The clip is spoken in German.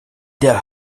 der